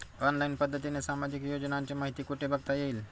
Online पद्धतीने सामाजिक योजनांची माहिती कुठे बघता येईल?